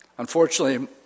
Unfortunately